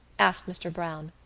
asked mr. browne.